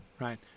right